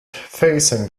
facing